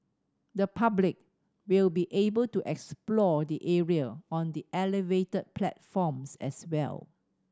the public will be able to explore the area on elevated platforms as well